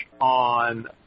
on